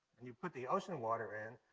and you put the ocean water in,